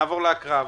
נעבור להקראה.